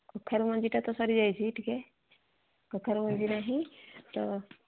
କଖାରୁ ମଞ୍ଜିଟା ତ ସରିିଯାଇଛି ଟିକିଏ କଖାରୁ ମଞ୍ଜି ନାହିଁ ତ